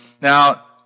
Now